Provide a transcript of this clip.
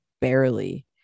barely